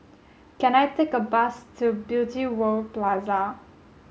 can I take a bus to Beauty World Plaza